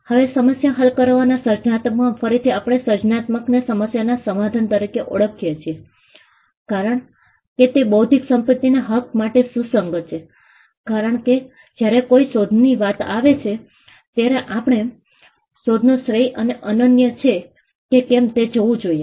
હવે સમસ્યા હલ કરવામાં સર્જનાત્મકતા ફરીથી આપણે સર્જનાત્મકતાને સમસ્યાના સમાધાન તરીકે ઓળખીએ છીએ કારણ કે તે બૌદ્ધિક સંપત્તિના હક માટે સુસંગત છે કારણ કે જ્યારે કોઈ શોધની વાત આવે છે ત્યારે આપણે શોધનો શ્રેય એક અનન્ય છે કે કેમ તે જોવું જોઈએ